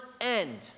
end